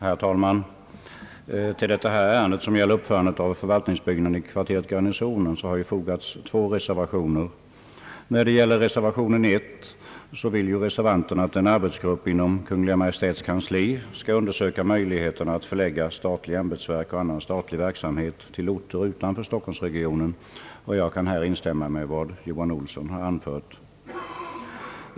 Herr talman! Till detta ärende som gäller uppförandet av en förvaltningsbyggnad i kvarteret Garnisonen har fogats två reservationer. När det gäller reservation 1 vill reservanterna att en arbetsgrupp inom Kungl. Maj:ts kansli skall undersöka möjligheterna att förlägga statliga ämbetsverk och annan statlig verksamhet till orter utanför stockholmsregionen, och jag kan härvidlag instämma i vad herr Johan Olsson har anfört.